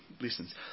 listens